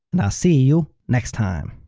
and i'll see you next time!